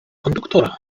konduktora